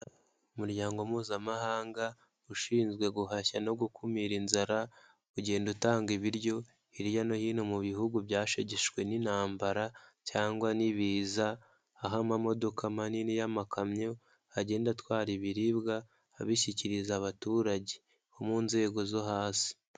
Umuryango mpuzamahanga, ushinzwe guhashya no gukumira inzara, ugenda utanga ibiryo hirya no hino mu bihugu byashegeshwe n'intambara cyangwa n'ibiza, aho amamodoka manini y'amakamyo, agenda atwara ibiribwa, abishyikiriza abaturage, bo mu nzego zo hasi.